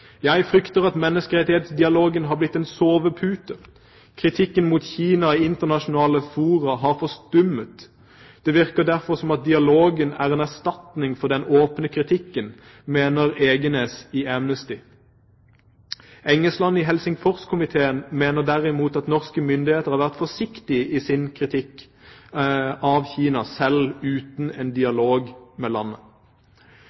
Jeg frykter at menneskerettighetsdialogen har blitt en sovepute. Kritikken mot Kina i internasjonale fora har forstummet. Det virker derfor som om dialogen er en erstatning for den åpne kritikken, mener Egenæs i Amnesty. Engesland i Helsingforskomiteen mener derimot at norske myndigheter har vært forsiktige i sin kritikk av Kina selv uten en